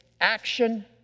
action